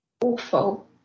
awful